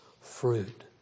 fruit